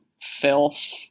filth